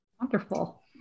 Wonderful